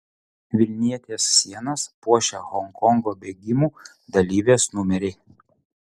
vilnietės sienas puošia honkongo bėgimų dalyvės numeriai